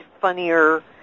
funnier